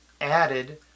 added